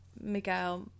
Miguel